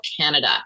Canada